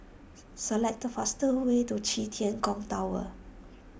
select the fastest way to Qi Tian Gong Temple